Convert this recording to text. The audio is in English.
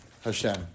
Hashem